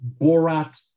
Borat